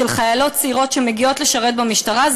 של חיילות צעירות שמגיעות לשרת במשטרה,